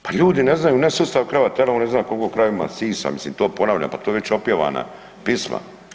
Pa ljudi ne znaju ne sustav Krava tele on ne zna koliko krava ima sisa, mislim to ponavljam pa to je već opjevana pisma.